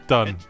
Done